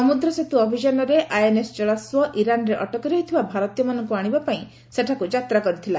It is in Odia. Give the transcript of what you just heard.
ସମୁଦ୍ର ସେତୁ ଅଭିଯାନରେ ଆଇଏନ୍ଏସ୍ ଜଳାସ୍ସ ଇରାନ୍ରେ ଅଟକି ରହିଥିବା ଭାରତୀୟମାନଙ୍କୁ ଆଣିବା ପାଇଁ ସେଠାକୁ ଯାତ୍ରା କରିଥିଲା